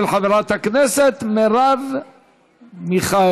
של חברת הכנסת מרב מיכאלי.